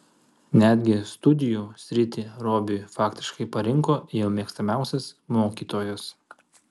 netgi studijų sritį robiui faktiškai parinko jo mėgstamiausias mokytojas